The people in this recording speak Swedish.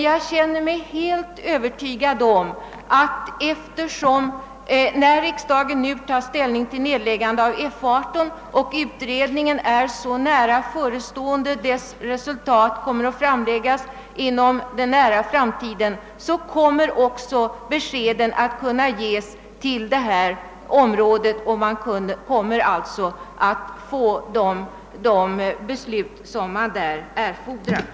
Jag känner mig helt övertygad om att när riksdagen nu tar ställning till nedläggandet av F 18 och utredningen snart är färdig — dess resultat kommer att framläggas inom en nära framtid — besked skall kunna ges till berörda kommuner så att de kan fatta erforderliga beslut.